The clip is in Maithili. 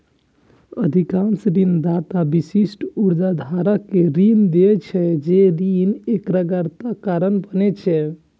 अधिकांश ऋणदाता विशिष्ट उधारकर्ता कें ऋण दै छै, जे ऋण एकाग्रताक कारण बनै छै